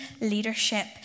leadership